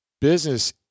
business